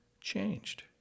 changed